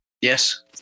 Yes